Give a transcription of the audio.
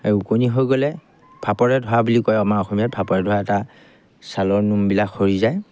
আৰু ওকণি হৈ গ'লে ফাপৰে ধোৱা বুলি কয় আমাৰ অসমীয়াত ফাপৰে ধৰা এটা ছালৰ নোমবিলাক সৰি যায়